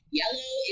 yellow